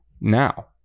now